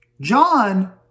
John